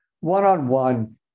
one-on-one